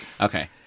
Okay